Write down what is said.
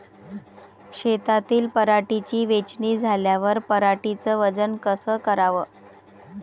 शेतातील पराटीची वेचनी झाल्यावर पराटीचं वजन कस कराव?